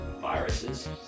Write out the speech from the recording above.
viruses